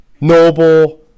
noble